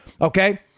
Okay